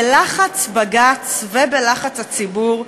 בלחץ בג"ץ ובלחץ הציבור,